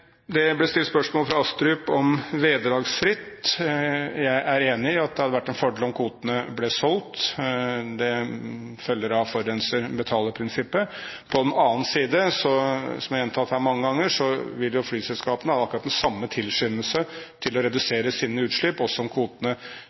Det ble stilt spørsmål fra Astrup om vederlagsfrie kvoter. Jeg er enig i at det hadde vært en fordel om kvotene ble solgt. Det følger av forurenser-betaler-prinsippet. På den annen side, som jeg har gjentatt her mange ganger, vil jo flyselskapene ha akkurat den samme tilskyndelse til å redusere sine utslipp også om kvotene